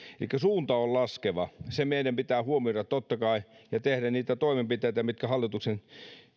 elikkä suunta on laskeva se meidän pitää huomioida totta kai ja tehdä niitä toimenpiteitä mitkä hallituksen